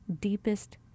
deepest